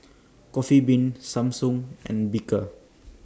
Coffee Bean Samsung and Bika